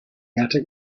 attic